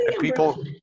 people